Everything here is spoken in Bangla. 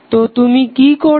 তো তুমি কি করবে